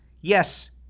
yes